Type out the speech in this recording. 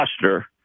cluster